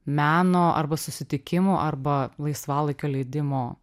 meno arba susitikimų arba laisvalaikio leidimo